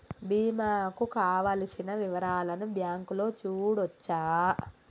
బీమా కు కావలసిన వివరాలను బ్యాంకులో చూడొచ్చా?